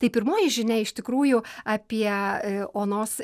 tai pirmoji žinia iš tikrųjų apie onos